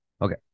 Okay